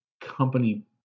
company